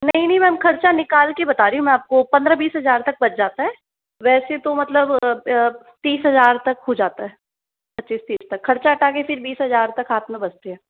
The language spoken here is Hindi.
नहीं नहीं मैम खर्चा निकाल के बता रही हूँ मैं आपको पंद्रह बीस हज़ार तक बच जाता है वैसे तो मतलब तीस हज़ार तक हो जाता है पच्चीस तीस तक खर्चा हटाके फिर बीस हज़ार तक हाथ में बचती है